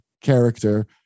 character